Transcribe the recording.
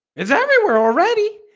is everywhere already?